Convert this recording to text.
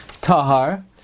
Tahar